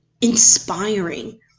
Inspiring